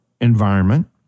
environment